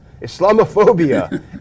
Islamophobia